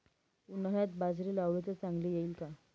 उन्हाळ्यात बाजरी लावली तर चांगली येईल का?